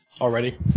already